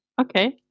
Okay